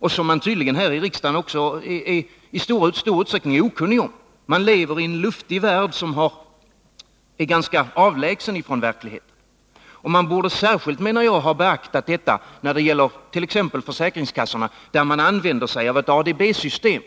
och som man tydligen också här i riksdagen i stor utsträckning är Tisdagen den okunnig om. Man lever i en luftig värld, som är ganska avlägsen från 14 december 1982 verkligheten. Vi bör särskilt beakta detta, menar jag, när det gäller t.ex. försäkringskassorna, där man använder sig av ett ADB-system.